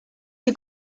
que